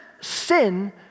sin